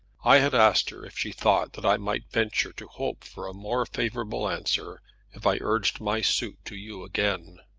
i had asked her if she thought that i might venture to hope for a more favourable answer if i urged my suit to you again.